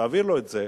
תעביר לו את זה,